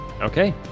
Okay